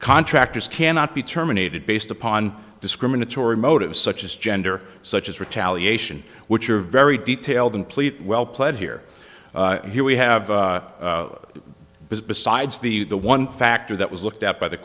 contractors cannot be terminated based upon discriminatory motives such as gender such as retaliation which are very detailed and pleat well pled here and here we have besides the the one factor that was looked at by the